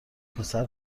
پسر